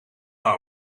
nou